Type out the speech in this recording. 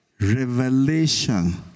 Revelation